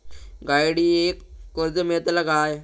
गाडयेक कर्ज मेलतला काय?